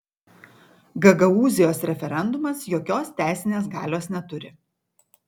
gagaūzijos referendumas jokios teisinės galios neturi